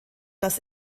das